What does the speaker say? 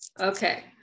Okay